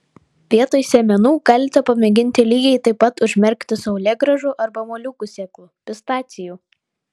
vietoj sėmenų galite pamėginti lygiai taip pat užmerkti saulėgrąžų arba moliūgų sėklų pistacijų